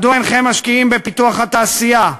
מדוע אינכם משקיעים בפיתוח התעשייה?